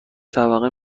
طبقه